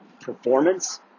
performance